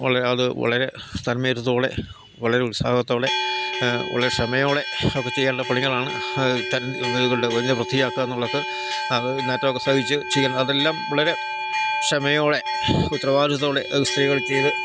ഉള്ളെ അത് വളരെ തന്മയത്തത്തോടെ വളരെ ഉത്സാഹത്തോടെ വളരെ ക്ഷമയോടെ ഒക്കെ ചെയ്യേണ്ട പണികളാണ് വൃത്തിയാക്കുക എന്നുള്ളത് അത് നാറ്റമൊക്കെ സഹിച്ചു ചെയ്യുക അതെല്ലാം വളരെ ക്ഷമയോടെ ഉത്തരവാരിത്തോടെ അത് സ്ത്രീകൾ ചെയ്തു